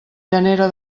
llanera